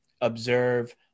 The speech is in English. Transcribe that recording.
observe